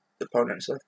opponents